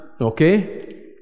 okay